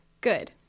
Good